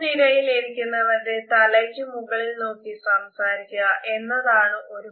മുൻ നിരയിൽ ഇരിക്കുന്നവരുടെ തലയ്ക്കു മുകളിൽ നോക്കി സംസാരിക്കുക എന്നതാണ് ഒരു മാർഗം